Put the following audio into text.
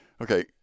okay